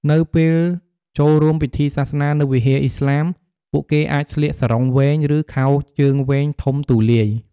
នៅពេលចូលរួមពិធីសាសនានៅវិហារឥស្លាម ពួកគេអាចស្លៀក សារុងវែង ឬខោជើងវែងធំទូលាយ។